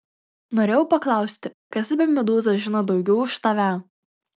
norėjau paklausti kas apie medūzą žino daugiau už tave